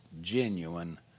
genuine